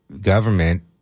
government